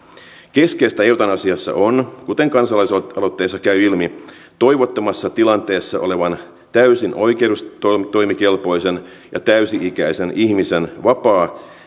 keskeistä eutanasiassa on kuten kansalaisaloitteesta käy ilmi toivottomassa tilanteessa olevan täysin oikeustoimikelpoisen ja täysi ikäisen ihmisen vapaa